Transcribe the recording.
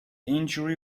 injury